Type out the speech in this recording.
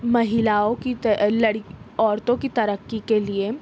مہیلاؤں کی تر لڑ عورتوں کی ترقی کے لئے